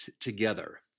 together